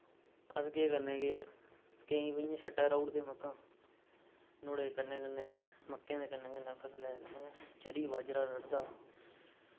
अस केह् करने के केईं इ'यां शट्टै राई ओड़दे मक्कां नुआढ़ कन्नै कन्नै मक्कें दे कन्नै कन्नै फसलें दे कन्नै चरी बाजरा रढ़दा